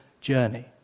journey